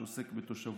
שעוסק בתושבות,